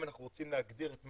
להודות ליוזמים